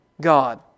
god